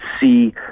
see